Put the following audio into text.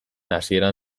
hasieran